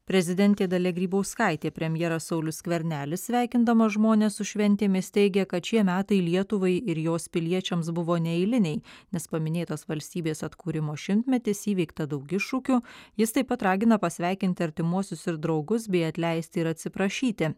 prezidentė dalia grybauskaitė premjeras saulius skvernelis sveikindamas žmones su šventėmis teigė kad šie metai lietuvai ir jos piliečiams buvo neeiliniai nes paminėtas valstybės atkūrimo šimtmetis įveikta daug iššūkių jis taip pat ragina pasveikinti artimuosius ir draugus bei atleisti ir atsiprašyti